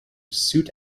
suit